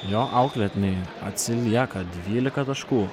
jo auklėtiniai atsilieka dvylika taškų